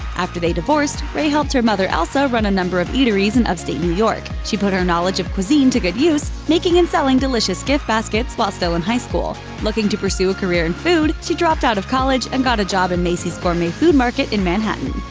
after they divorced, ray helped her mother elsa run a number of eateries in upstate new york. she put her knowledge of cuisine to good use, making and selling delicious gift baskets while still in high school. looking to pursue a career in food, she dropped out of college and got a job in macy's gourmet food market in manhattan.